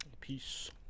Peace